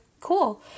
cool